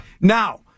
Now